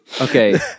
Okay